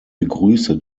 begrüße